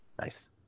Nice